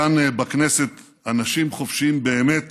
כאן, בכנסת, אנשים חופשיים באמת